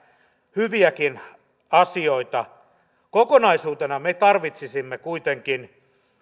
hyviäkin asioita kokonaisuutena me tarvitsisimme kuitenkin